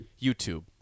YouTube